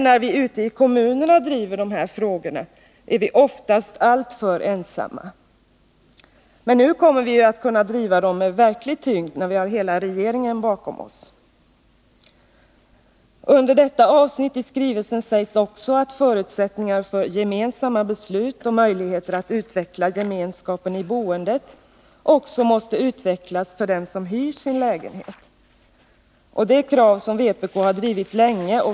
När vi ute i kommunerna driver de här frågorna är vi oftast alltför ensamma. Men nu, när vi har hela regeringen bakom oss, kommer vi ju att kunna driva dem med verklig tyngd. Under samma avsnitt i skrivelsen sägs också att förutsättningar för gemensamma beslut och möjligheter att utveckla gemenskapen i boendet också måste skapas för dem som hyr sin lägenhet. Det är krav som vpk har drivit länge.